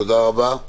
תודה רבה.